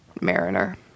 mariner